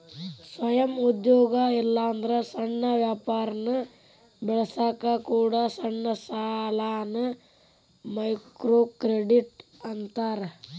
ಸ್ವಯಂ ಉದ್ಯೋಗ ಇಲ್ಲಾಂದ್ರ ಸಣ್ಣ ವ್ಯಾಪಾರನ ಬೆಳಸಕ ಕೊಡೊ ಸಣ್ಣ ಸಾಲಾನ ಮೈಕ್ರೋಕ್ರೆಡಿಟ್ ಅಂತಾರ